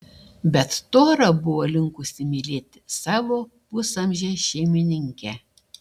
bet tora buvo linkusi mylėti savo pusamžę šeimininkę